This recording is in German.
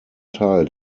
teil